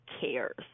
cares